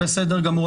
בסדר גמור.